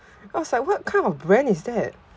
I was like what kind of brand is that